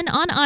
on